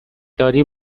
داری